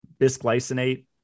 bisglycinate